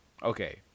Okay